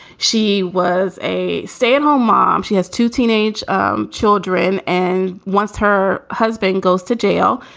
she was a stay at home mom. she has two teenage um children and once her husband goes to jail,